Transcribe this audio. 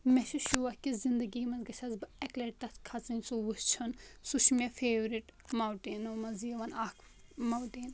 مےٚ چھُ شوق کہِ زندگی منٛز گژھس بہٕ اکہِ لٹہِ کھژٕنۍ سُہ وٕچھُن سُہ چھُ مےٚ فیورٹ ماوٹینو منٛز یِوان اکھ ماوٹین